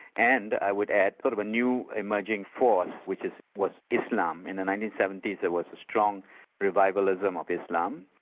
and i would add, sort of a new emerging force which was islam. in the nineteen seventy s there was a strong revivalism of islam.